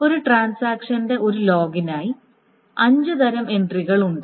ഒരു ട്രാൻസാക്ഷന്റെ ഒരു ലോഗിനായി അഞ്ച് തരം എൻട്രികൾ ഉണ്ട്